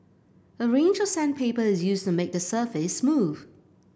a range of sandpaper is used to make the surface smooth